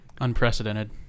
unprecedented